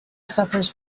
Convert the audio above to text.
suffers